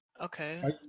Okay